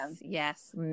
yes